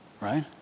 right